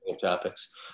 topics